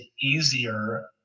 easier